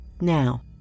now